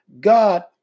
God